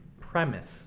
premise